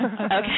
Okay